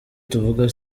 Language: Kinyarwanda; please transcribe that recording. tuvuga